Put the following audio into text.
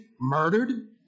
murdered